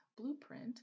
blueprint